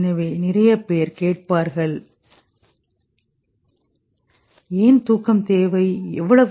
எனவே நிறைய பேர் கேட்பார்கள் ஏன் தூக்கம் தேவை எவ்வளவு